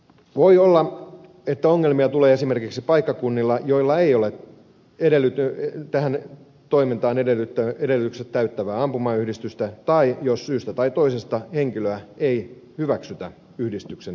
voi olla että ongelmia tulee esimerkiksi paikkakunnilla joilla ei ole tähän toimintaan edellytykset täyttävää ampumayhdistystä tai jos syystä tai toisesta henkilöä ei hyväksytä yhdistyksen jäseneksi